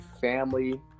family